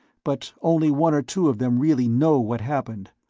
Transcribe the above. but only one or two of them really know what happened.